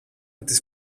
τις